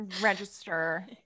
register